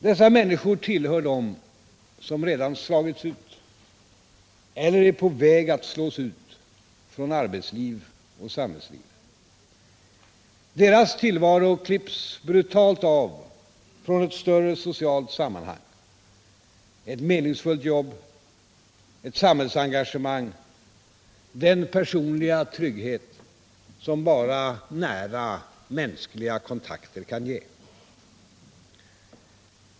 Dessa människor tillhör dem som redan slagits ut eller är på väg att slås ut från arbetsliv och samhällsliv. Deras tillvaro klipps brutalt av från ett större socialt sammanhang: ett meningsfullt jobb, ett samhällsengagemang, den personliga trygghet som bara nära mänskliga kontakter kan ge.